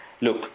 look